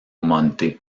monte